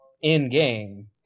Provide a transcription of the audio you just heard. in-game